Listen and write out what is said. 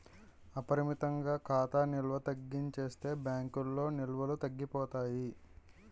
అపరిమితంగా ఖాతా నిల్వ తగ్గించేస్తే బ్యాంకుల్లో నిల్వలు తగ్గిపోతాయి